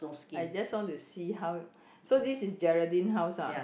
I just want to see how so this is Geraldine house ah